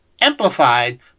amplified